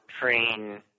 train